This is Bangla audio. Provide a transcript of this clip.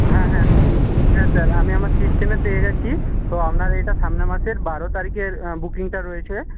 হ্যাঁ হ্যাঁ স্যার হ্যাঁ স্যার আমি আমার সিস্টেমে পেয়ে গেছি তো আপনার এটা সামনে মাসের বারো তারিখের বুকিংটা রয়েছে